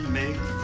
make